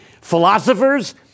philosophers